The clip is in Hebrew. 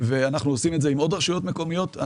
אנחנו עושים את זה עם עוד רשויות מקומיות.